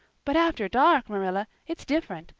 but after dark, marilla, it's different.